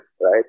Right